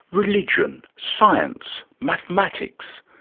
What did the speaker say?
religion, science, mathematics,